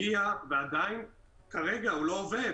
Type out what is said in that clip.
ועדיין כרגע הוא לא עובד,